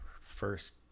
first